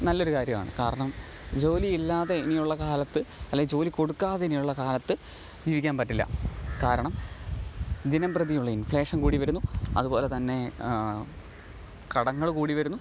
നല്ലൊരു കാര്യമാണ് കാരണം ജോലി ഇല്ലാതെ ഇനിയുള്ള കാലത്ത് അല്ലെ ജോലി കൊടുക്കാതെ ഇനിയുള്ള കാലത്ത് ജീവിക്കാൻ പറ്റില്ല കാരണം ദിനം പ്രതിയുള്ള ഇൻഫ്ളേഷൻ കുടി വരുന്നു അതുപോലെ തന്നെ കടങ്ങൾ കൂടിവരുന്നു